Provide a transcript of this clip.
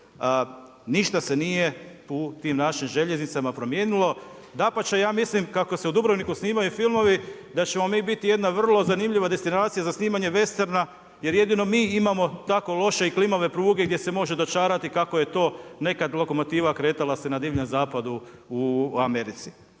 ništa se nije u tim našim željeznicama promijenilo. Dapače, ja mislim, kako se u Dubrovniku snimaju filmovi, da ćemo mi biti jedna vrlo zanimljiva destinacija za snimanje vesterna, jer jedino mi imamo tako loše i klimave pruge gdje se može dočarati kako je to nekad lokomotiva kretala se na divljem zapadu u Americi.